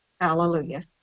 Hallelujah